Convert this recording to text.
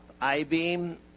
I-beam